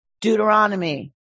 Deuteronomy